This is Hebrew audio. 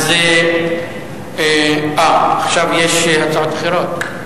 אז עכשיו יש הצעות אחרות.